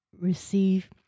receive